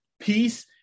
peace